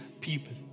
people